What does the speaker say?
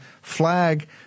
flag